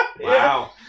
Wow